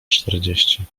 czterdzieści